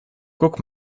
guck